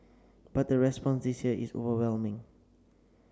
but the response this year is overwhelming